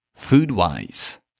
Food-wise